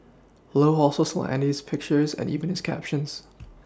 low also stole andy's pictures and even his captions